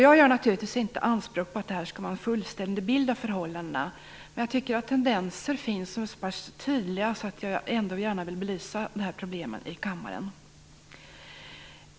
Jag gör naturligtvis inte anspråk på att det här skall vara en fullständig bild av förhållandena, men jag tycker att det finns tendenser som är så pass tydliga att jag gärna vill belysa det här problemet i kammaren.